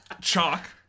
Chalk